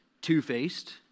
two-faced